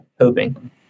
hoping